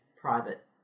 private